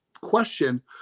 question